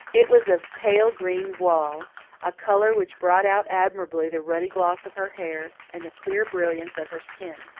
it was of pale green voile a colour which brought out admirably the ruddy gloss of her hair and the clear brilliance of her skin.